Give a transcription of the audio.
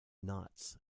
noughts